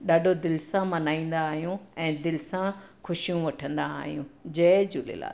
ॾाढो दिलि सां मल्हाईंदा आहियूं ऐं दिलि सां ख़ुशियूं वठींदा आहियूं जय झूलेलाल